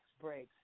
breaks